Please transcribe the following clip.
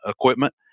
equipment